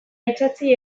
itsatsi